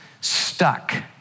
stuck